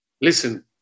Listen